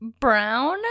Brown